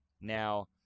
now